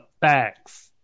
facts